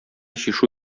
чишү